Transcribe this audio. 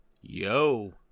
Yo